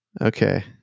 Okay